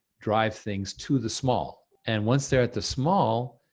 drive things to the small. and once they're at the small,